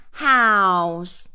house 。